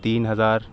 تین ہزار